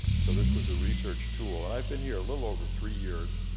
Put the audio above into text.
so this was a research tool, and i've been here a little over three years,